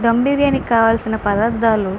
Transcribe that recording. ధమ్ బిర్యానీకి కావాలసిన పదార్థాలు